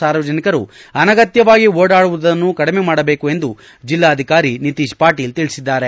ಸಾರ್ವಜನಿಕರು ಅನಗತ್ಯವಾಗಿ ಓಡಾಡುವುದನ್ನು ಕಡಿಮೆ ಮಾಡಬೇಕು ಎಂದು ಜೆಲ್ಲಾಧಿಕಾರಿ ನಿತೇಶ್ ಪಾಟೀಲ್ ತಿಳಿಸಿದ್ದಾರೆ